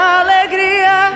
alegria